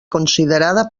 considerada